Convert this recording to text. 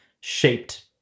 shaped